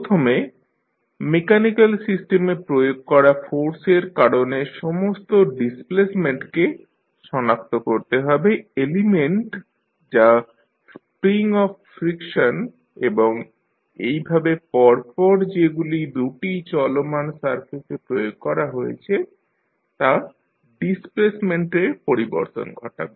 প্রথমে মেকানিক্যাল সিস্টেমে প্রয়োগ করা ফোর্সের কারণে সমস্ত ডিসপ্লেসমেন্টকে সনাক্ত করতে হবে এলিমেন্ট যা স্প্রিং অফ ফ্রিকশন এবং এইভাবে পরপর যেগুলি দু'টি চলমান সারফেসে প্রয়োগ করা হয়েছে তা' ডিসপ্লেসমেন্টে পরিবর্তন ঘটাবে